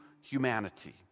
humanity